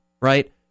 right